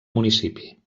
municipi